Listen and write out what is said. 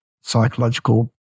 psychological